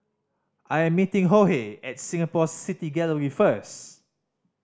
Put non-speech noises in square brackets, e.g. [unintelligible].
I am meeting [unintelligible] at Singapore City Gallery first